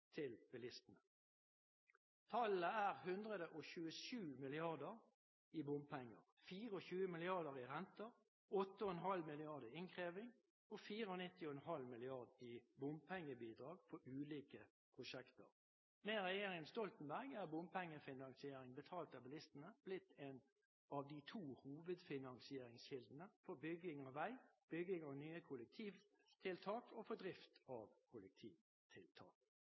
bilistene. Tallene er 127 mrd. kr i bompenger, 24 mrd. kr i renter, 8,5 mrd. kr i innkreving og 94,5 mrd. kr i bompengebidrag til ulike prosjekter. Med regjeringen Stoltenberg er bompengefinansiering betalt av bilistene blitt en av to hovedfinansieringskilder for bygging av vei, bygging av nye kollektivtiltak og for drift av kollektivtiltak.